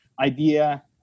idea